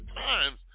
times